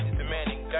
demanding